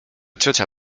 ciocia